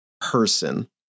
person